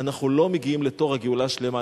אנחנו לא מגיעים לתור הגאולה השלמה.